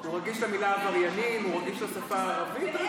הוא רגיש למילה "עבריינים", הוא רגיש לשפה הערבית.